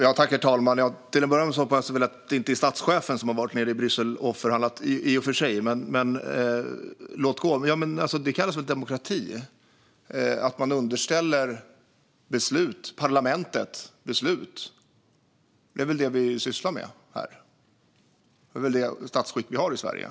Herr talman! Till att börja med hoppas jag att det inte är statschefen som har varit nere i Bryssel och förhandlat, men låt gå. Detta kallas demokrati - att man underställer parlamentet beslut. Det är väl det vi sysslar med här? Det är väl det statsskick vi har i Sverige?